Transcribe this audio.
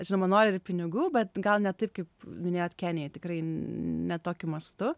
žinoma nori ir pinigų bet gal ne taip kaip minėjot kenijoj tikrai ne tokiu mastu